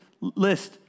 list